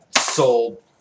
Sold